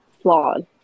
flawed